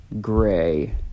gray